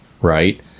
right